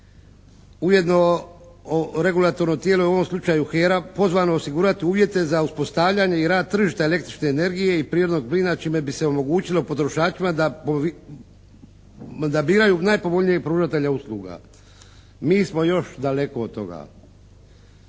Ujedno regulatornu … /Govornik se ne razumije./ … pozvani osigurati uvjete za uspostavljanje i rad tržišta električne energije i prirodnog plina čime bi se omogućilo potrošačima da biraju najpovoljnijeg ponuditelja usluga. Mi smo još daleko od toga.